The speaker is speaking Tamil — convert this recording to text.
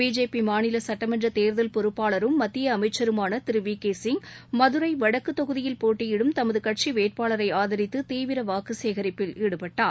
பிஜேபிமாநிலசட்டமன்றதேர்தல் பொறுப்பாளரும் மத்தியஅமைச்சருமானதிருவிகேசிங் மதுரைவடக்குதொகுதியில் போட்டியிடும் தமதுகட்சிவேட்பாளரைஆதரித்துதீவிரவாக்குசேகரிப்பில் ஈடுபட்டார்